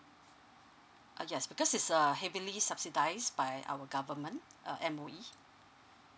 uh yes because it's a heavily subsidised by our government uh M_O_E